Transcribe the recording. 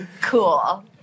cool